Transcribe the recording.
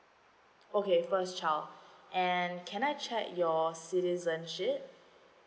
okay first child and can I check your citizenship